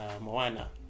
Moana